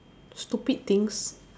stupid things